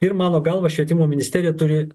ir mano galva švietimo ministerija turi